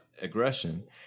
aggression